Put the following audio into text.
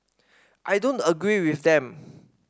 I don't agree with them